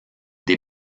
des